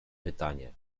pytanie